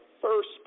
first